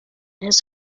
his